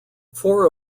four